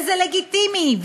וזה לגיטימי,